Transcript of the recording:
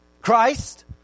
Christ